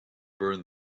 burned